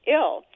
ill